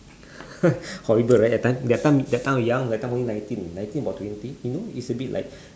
horrible right at that time that time that time young that time only about nineteen nineteen about twenty you know is a bit like